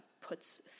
puts